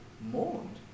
mourned